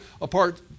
apart